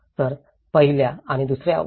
तर पहिल्या आणि दुसर्या 1